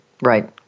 right